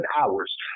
hours